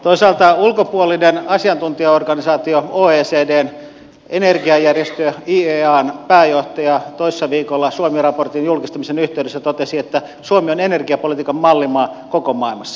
toisaalta ulkopuolisen asiantuntijaorganisaation oecdn energiajärjestö iean pääjohtaja toissa viikolla suomi raportin julkistamisen yhteydessä totesi että suomi on energiapolitiikan mallimaa koko maailmassa